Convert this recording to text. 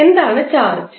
എന്താണ് ചാർജ്